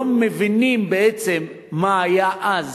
לא מבינים בעצם מה היה אז,